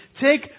take